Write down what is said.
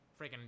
freaking